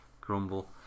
grumble